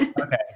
Okay